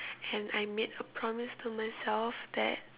and I made a promise to myself that